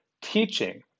teaching